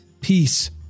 peace